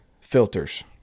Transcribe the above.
filters